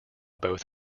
both